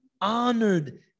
honored